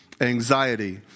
anxiety